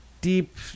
deep